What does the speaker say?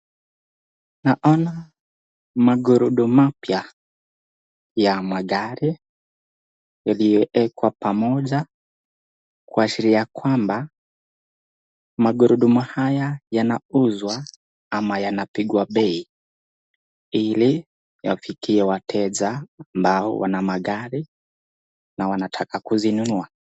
Naona magurudumu mapya ya magari iliyoekwa pamoja kuashiria kwamba magurudumu haya yanapigwa bei ili iwafikie wateja ambao wana magari na wanataka kuzinunua.